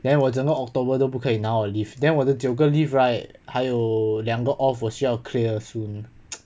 then 我整个 october 都不可以拿我的 leave then 我的九个 leave right 还有两个 off 我需要 clear soon